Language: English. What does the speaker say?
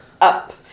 up